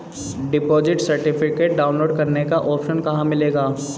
Deposit certificate download करने का option कहां मिलेगा?